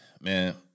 man